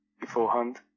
beforehand